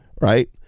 right